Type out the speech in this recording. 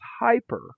hyper